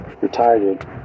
retired